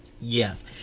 Yes